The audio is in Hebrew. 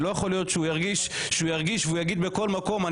לא יכול להיות שהוא ירגיש ויגיד בכל מקום שהוא